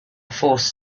forced